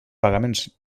pagaments